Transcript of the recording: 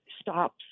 stops